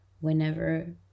whenever